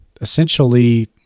essentially